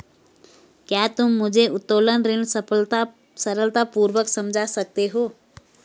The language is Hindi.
क्या तुम मुझे उत्तोलन ऋण सरलतापूर्वक समझा सकते हो?